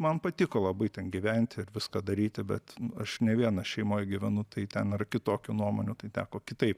man patiko labai ten gyventi ir viską daryti bet aš ne viena šeimoj gyvenu tai ten yra kitokių nuomonių tai teko kitaip